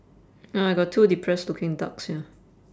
oh I got two depressed looking ducks here